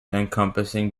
encompassing